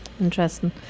Interesting